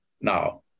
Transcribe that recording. now